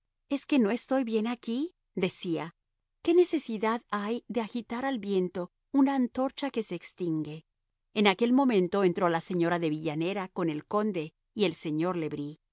es que no estoy bien aquí decía qué necesidad hay de agitar al viento una antorcha que se extingue en aquel momento entró la señora de villanera con el conde y el señor le bris